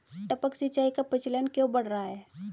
टपक सिंचाई का प्रचलन क्यों बढ़ रहा है?